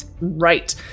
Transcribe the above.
Right